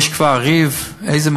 אין נמנעים.